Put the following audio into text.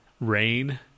rain